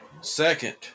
Second